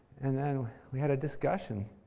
and then we had a discussion,